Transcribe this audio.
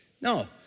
No